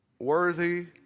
Worthy